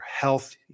health